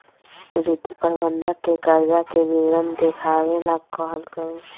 रिद्धि प्रबंधक के कर्जा के विवरण देखावे ला कहलकई